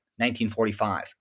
1945